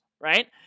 right